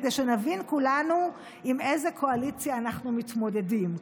כדי שנבין כולנו עם איזה קואליציה אנחנו מתמודדים,